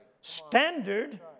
standard